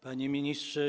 Panie Ministrze!